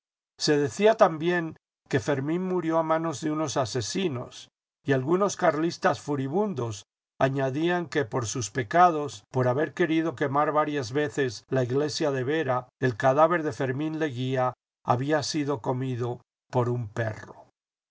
se decía también que fermín murió a manos de unos asesinos y algunos carlistas furibundos añadían que por sus pecados por haber querido quemar varias veces la iglesia de vera el cadáver de fermín leguía había sido comido por un perro